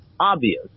obvious